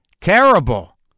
Terrible